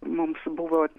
mums buvo